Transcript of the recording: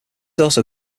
also